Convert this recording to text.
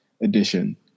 edition